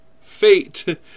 fate